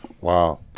Wow